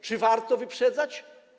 Czy warto wyprzedzać?